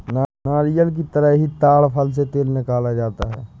नारियल की तरह ही ताङ फल से तेल निकाला जाता है